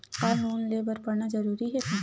का लोन ले बर पढ़ना जरूरी हे का?